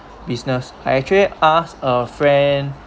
business I actually asked a friend